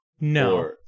No